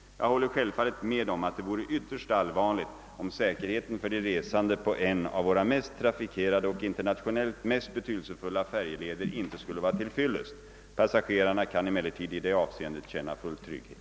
Jag håller självfallet med om att det vore ytterst allvarligt om säkerheten för de resande på en av våra mest trafikerade och internationellt mest betydelsefulla färjeleder inte skulle vara till fyllest. Passagerarna kan emellertid i det avseendet känna full trygghet.